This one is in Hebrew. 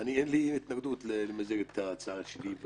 אין לי התנגדות למזג את ההצעה שלי.